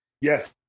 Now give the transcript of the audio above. yes